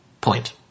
point